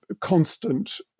constant